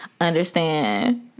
Understand